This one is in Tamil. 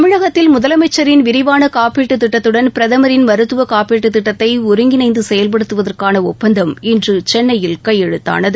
தமிழகத்தில் முதலமைச்சரின் விரிவான காப்பீட்டு திட்டத்துடன் பிரதமரின் மருத்துவ காப்பீட்டு திட்டத்தை ஒருங்கிணைந்து செயல்படுத்துவதற்கான ஒப்பந்தம் இன்று சென்னையில் கையெழுத்தானது